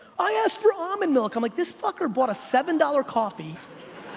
i asked for almond milk. i'm like this fucker bought a seven dollar coffee,